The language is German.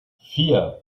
vier